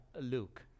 Luke